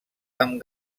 amb